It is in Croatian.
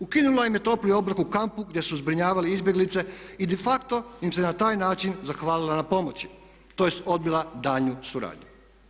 Ukinula im je topli obrok u kampu gdje su zbrinjavali izbjeglice i de facto im se na taj način zahvalila na pomoći, tj. odbila daljnju suradnju.